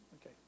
Okay